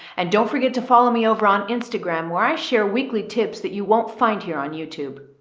and don't forget to follow me over on instagram, where i share weekly tips that you won't find here on youtube.